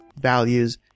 values